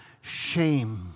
shame